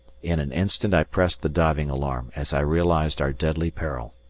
in an instant i pressed the diving alarm as i realized our deadly peril.